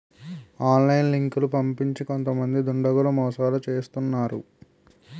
online లింకులు పంపించి కొంతమంది దుండగులు మోసాలు చేస్తున్నారు